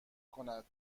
کند